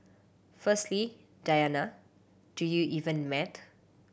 firstly Diana do you even mat